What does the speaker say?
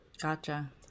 Gotcha